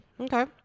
Okay